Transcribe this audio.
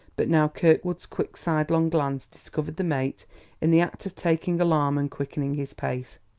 but now kirkwood's quick sidelong glance discovered the mate in the act of taking alarm and quickening his pace.